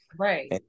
Right